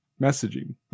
messaging